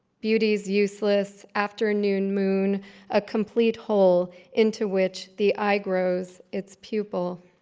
beauty's useless after noon moon a complete hole into which the eye grows its pupil.